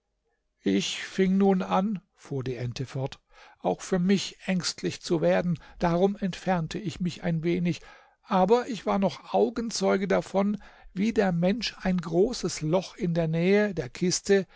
ich fing nun an fuhr die ente fort auch für mich ängstlich zu werden darum entfernte ich mich ein wenig aber ich war noch augenzeuge davon wie der mensch ein großes loch in der nähe der kiste